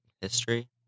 History